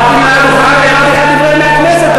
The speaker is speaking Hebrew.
אמרתי מעל הדוכן והראיתי לך את "דברי הכנסת",